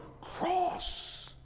cross